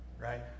right